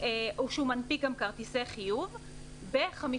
או שהוא מנפיק גם כרטיסי חיוב ב-50%,